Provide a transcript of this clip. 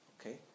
okay